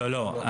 לא, לא.